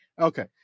Okay